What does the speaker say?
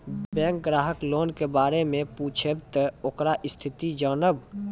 Bank ग्राहक loan के बारे मैं पुछेब ते ओकर स्थिति जॉनब?